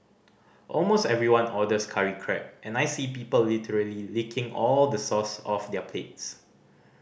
almost everyone orders curry crab and I see people literally licking all the sauce off their plates